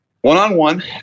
one-on-one